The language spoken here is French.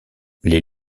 les